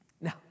Now